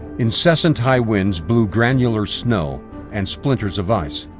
incessant high winds blew granular snow and splinters of ice,